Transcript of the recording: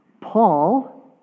Paul